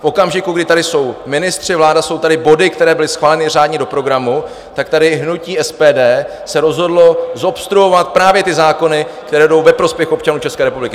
V okamžiku, kdy tady jsou ministři, vláda, jsou tady body, které byly schváleny řádně do programu, tak tady hnutí SPD se rozhodlo zobstruovat právě ty zákony, které jdou ve prospěch občanů České republiky.